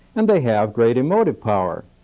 and they have great emotive power.